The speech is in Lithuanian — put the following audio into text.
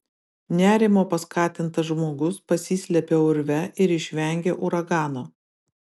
nerimo paskatintas žmogus pasislepia urve ir išvengia uragano